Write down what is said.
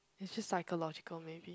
it's just psychological maybe